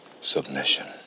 Submission